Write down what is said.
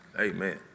Amen